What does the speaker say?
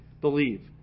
believe